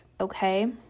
Okay